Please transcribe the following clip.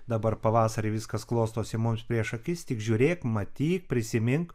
dabar pavasarį viskas klostosi mums prieš akis tik žiūrėk matyt prisimink